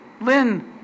Lynn